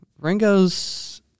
Ringo's